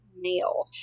male